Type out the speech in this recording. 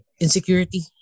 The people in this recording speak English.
insecurity